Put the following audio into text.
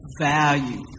value